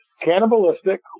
cannibalistic